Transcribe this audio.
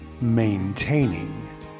maintaining